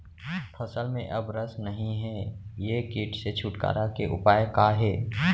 फसल में अब रस नही हे ये किट से छुटकारा के उपाय का हे?